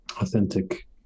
authentic